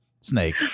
Snake